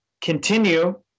continue